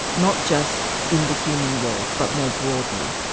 not just in the human world, but more broadly.